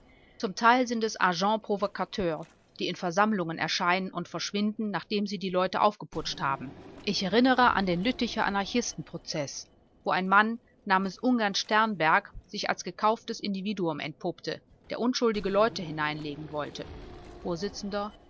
zum teil sind es agents provocateurs die in versammlungen erscheinen und verschwinden nachdem sie leute aufgeputscht haben ich erinnere an den lütticher anarchistenprozeß wo ein mann namens ungern sternberg sich als gekauftes individuum entpuppte der unschuldige leute hineinlegen sollte